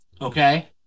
Okay